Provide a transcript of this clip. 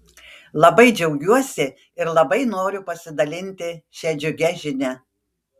labai džiaugiuosi ir labai noriu pasidalinti šia džiugia žinia